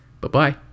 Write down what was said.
Bye-bye